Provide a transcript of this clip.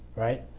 right.